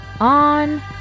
on